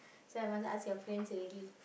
so I wanted ask your friends already